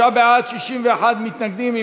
59 בעד, 61 מתנגדים.